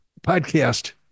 podcast